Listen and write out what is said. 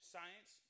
Science